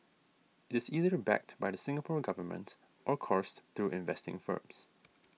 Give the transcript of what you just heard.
it is either backed by the Singapore Government or coursed through investing firms